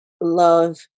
love